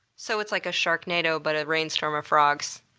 so it's like a sharknado, but a rainstorm of frogs.